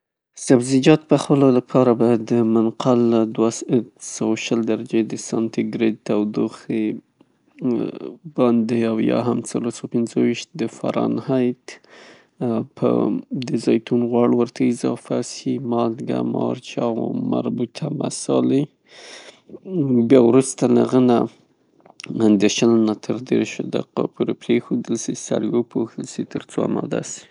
سبزیجات پخولو د پاره باید خپله منقل له دوه سوه او شل درجې د ساتني ګرید تودوخې باندې او یا هم څلور سوه او پنځه ویشته د فرانهایت د زیتون غوړ ورته اضافه سي. مالګه، مرچ او مربوطه مثالې بیا وروسته د هغه نه شلو نه تر دریشو دقیقو پورې پریښودل سي، سر یې وپوښل سي؛ ترڅو اماده سي.